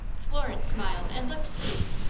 florence smiled, and looked pleased.